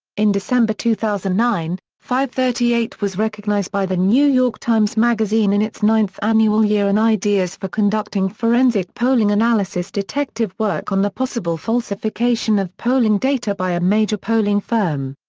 in december two thousand and nine, fivethirtyeight was recognized by the new york times magazine in its ninth annual year in ideas for conducting forensic polling analysis detective work on the possible falsification of polling data by a major polling firm.